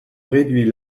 réduit